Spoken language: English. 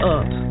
up